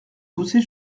pousser